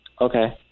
Okay